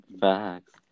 Facts